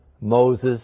Moses